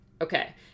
Okay